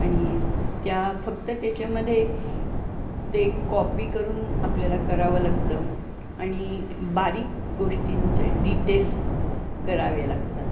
आणि त्या फक्त त्याच्यामध्ये ते कॉपी करून आपल्याला करावं लागतं आणि बारीक गोष्टींचे डिटेल्स कराव्या लागतात